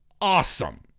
awesome